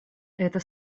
это